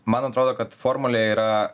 man atrodo kad formulė yra